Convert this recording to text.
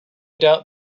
doubt